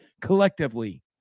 collectively